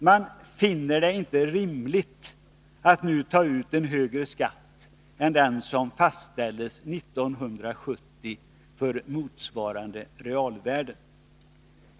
De finner det inte Nr 53 rimligt att nu ta ut en högre skatt än den som fastställdes 1970 för motsvarande realvärden.